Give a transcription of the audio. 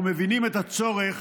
אנחנו מבינים את הצורך